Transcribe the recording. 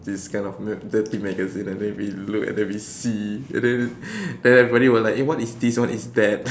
this kind of dirty magazine and then we look and then we see and then then everybody will like eh what is this what is that